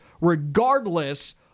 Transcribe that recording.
regardless